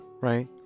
right